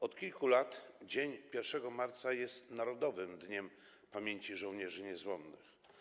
Od kilku lat dzień 1 marca jest Narodowym Dniem Pamięci „Żołnierzy Niezłomnych”